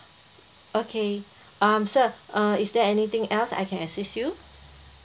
okay um sir uh is there anything else I can assist you